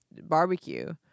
barbecue